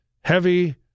heavy